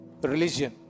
religion